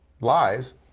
lies